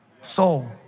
soul